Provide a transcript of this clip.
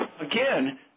again